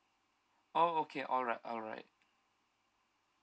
oh okay alright alright